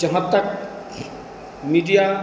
जहाँ तक मीडिया